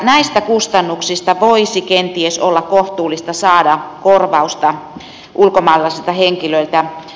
näistä kustannuksista voisi kenties olla kohtuullista saada korvausta ulkomaalaisilta henkilöiltä